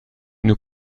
nous